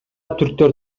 түрктөр